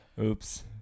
Oops